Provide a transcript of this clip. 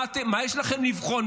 מה יש לכם לבחון?